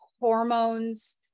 hormones